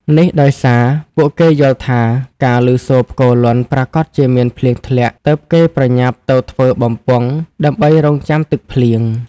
នេះដោយសារ ពួកគេយល់ថាការឮសូរផ្គរលាន់ប្រាកដជាមានភ្លៀងធ្លាក់ទើបគេប្រញាប់ទៅធ្វើបំពង់ដើម្បីរង់ចាំទឹកភ្លៀង។